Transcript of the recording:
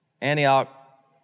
Antioch